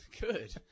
Good